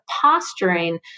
posturing